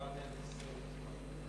כמה אתה מקציב לי?